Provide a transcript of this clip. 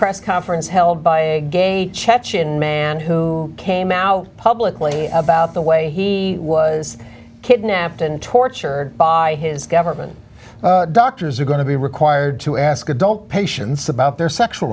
press conference held by gay chechen man who came out publicly about the way he was kidnapped and tortured by his government doctors are going to be required to ask a don't patients about their sexual